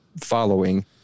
following